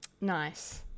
Nice